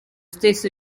stesso